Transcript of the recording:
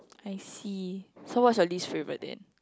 I see so what's your least favorite then